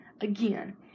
Again